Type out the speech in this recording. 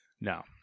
No